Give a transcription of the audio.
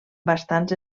bastants